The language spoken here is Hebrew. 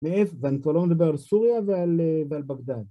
ואני כבר לא מדבר על סוריה ועל בגדד.